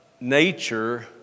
nature